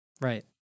right